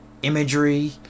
imagery